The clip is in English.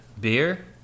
beer